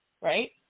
Right